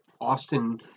Austin